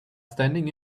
standing